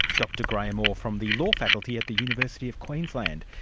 dr graeme orr from the law faculty at the university of queensland.